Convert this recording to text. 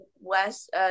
west